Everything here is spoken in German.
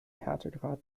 härtegrad